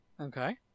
Okay